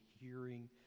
hearing